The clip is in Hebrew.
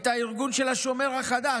את הארגון של השומר החדש,